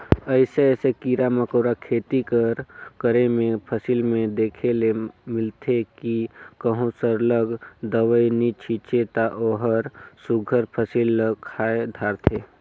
अइसे अइसे कीरा मकोरा खेती कर करे में फसिल में देखे ले मिलथे कि कहों सरलग दवई नी छींचे ता ओहर सुग्घर फसिल ल खाए धारथे